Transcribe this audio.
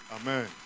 Amen